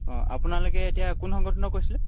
অঁ আপোনালোকে এতিয়া কোন সংগঠনৰ কৈছিলে